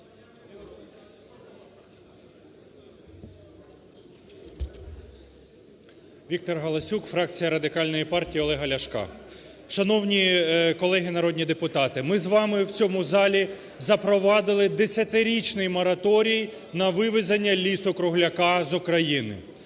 Віктор Галасюк, фракція Радикальної партії Олега Ляшка. Шановні колеги народні депутати! Ми з вами в цьому залі запровадили десятирічний мораторій на вивезення лісу-кругляка з України.